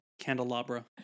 Candelabra